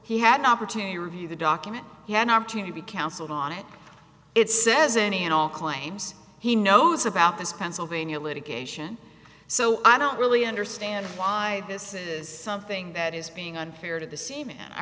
he had an opportunity to review the document he had opportunity counseled on it it says any and all claims he knows about this pennsylvania litigation so i don't really understand why this is something that is being unfair to the scene and i